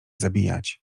zabijać